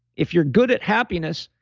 if you're good at happiness,